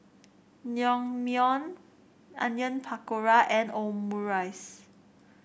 Naengmyeon Onion Pakora and Omurice